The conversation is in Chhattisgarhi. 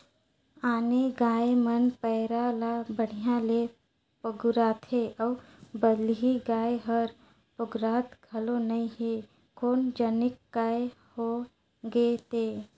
आने गाय मन पैरा ला बड़िहा ले पगुराथे अउ बलही गाय हर पगुरात घलो नई हे कोन जनिक काय होय गे ते